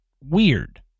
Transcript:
weird